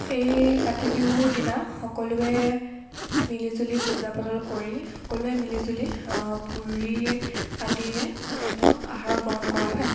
এই কাতি বিহুৰ দিনা সকলোৱে মিলি জুলি পূজা পাতল কৰি সকলোৱে মিলি জুলি পুৰি আদিৰে আহাৰ গ্ৰহণ কৰা হয়